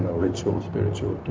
ritual spiritual